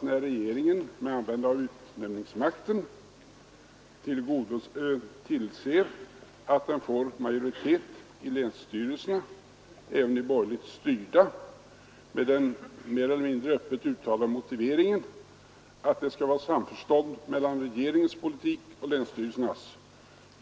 När regeringen med användande av utnämningsmakten tillser att den får majoritet även i borgerligt styrda länsstyrelser med den mer eller mindre öppet uttalade motiveringen att det skall råda samförstånd mellan regeringens politik och länsstyrelsernas,